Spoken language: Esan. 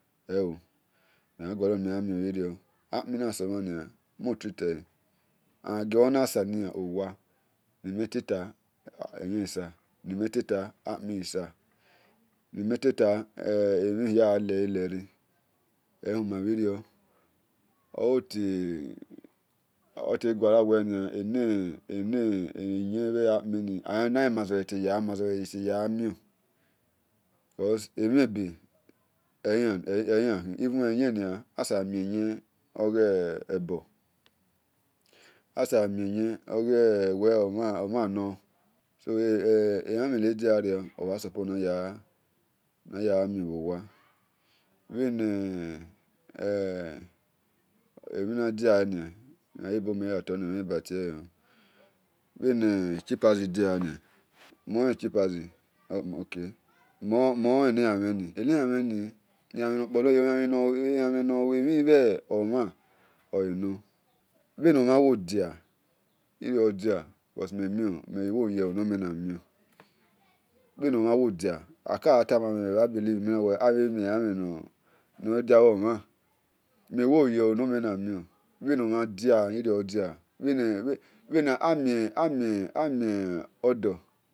Ewo, mhe mhan gualo nimhe gha mion bhirion, akpon nasomhan ni mho treat ele and ghio bhona saliyan owa, ghi meteta emhon ghiosa emhihia gha lego lene ehuma bhirio eyen nia, asabo mieyen oghe ebo osabomieyen ewi omhan noa, so elemhen nodian rio omhan supplose nagagha mion bhowa bheni emhina dia nia cheapazi diawa mohen cheapazi elamhen nor luemhen bhomhan ole nor cose me mion mewo yelo no mhe, na mion, aka gha tamamhe memham believe, mhe nawe abhe mielamhen nodia bhi omhan amien ador.